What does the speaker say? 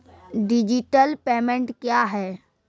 Digital payment क्या हैं?